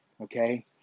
okay